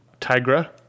Tigra